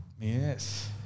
Yes